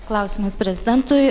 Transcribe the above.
klausimas prezidentui